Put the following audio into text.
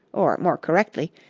or, more correctly,